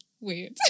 weird